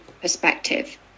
perspective